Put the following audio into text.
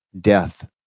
death